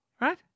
right